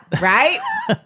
Right